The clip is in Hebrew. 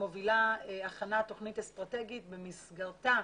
מובילה הכנת תוכנית אסטרטגית במסגרתה